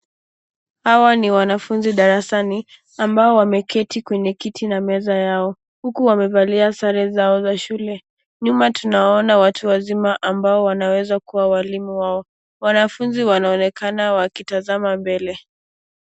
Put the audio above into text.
Hawa ni wanafunzi darasani ambao wameketi kwenye kiti na meza yao huku wamevalia sare zao za shule. Nyuma tunawaona watu wazima ambao wanaweza kuwa walimu wao. Wanafunzi wanaonekana wakitazama mbele.